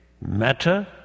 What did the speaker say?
matter